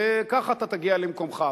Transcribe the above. וככה אתה תגיע למקומך.